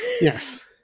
yes